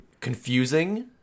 Confusing